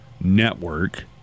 network